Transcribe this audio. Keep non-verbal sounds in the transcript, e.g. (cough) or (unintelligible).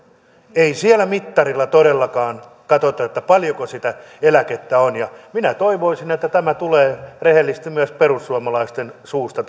ei siellä mittarilla todellakaan katsota paljonko sitä eläkettä on ja minä toivoisin että tämä lause tulee rehellisesti myös perussuomalaisten suusta (unintelligible)